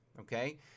okay